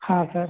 हाँ सर